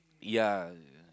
ya